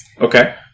Okay